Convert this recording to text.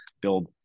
build